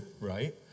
right